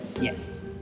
Yes